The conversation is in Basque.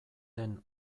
den